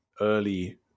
early